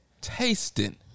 tasting